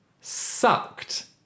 sucked